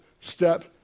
step